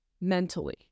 mentally